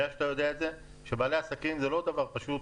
שאתה יודע את זה שלבעלי העסקים זה לא דבר פשוט.